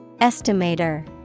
Estimator